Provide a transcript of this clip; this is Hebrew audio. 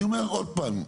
אני אומר עוד פעם,